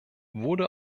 wurde